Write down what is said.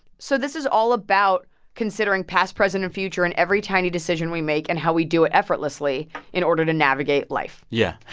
so this is all about considering past, present and future and every tiny decision we make and how we do it effortlessly in order to navigate life yeah.